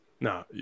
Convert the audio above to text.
No